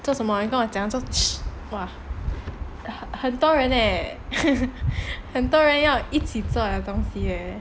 做什么你跟我讲哇很多人那很多人要一起走的东西类